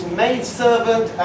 maidservant